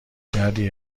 دردی